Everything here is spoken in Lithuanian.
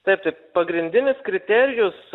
taip tai pagrindinis kriterijus